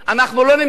אנחנו לא נמצאים?